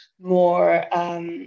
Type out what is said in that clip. more